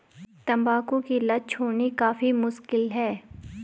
तंबाकू की लत छोड़नी काफी मुश्किल है